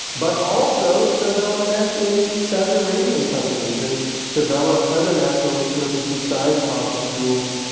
but also so they'll invest in saudi arabian companies and develop other natural resources besides fossil fuels,